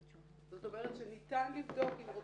זאת אומרת שניתן לבדוק אם רוצים.